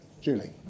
Julie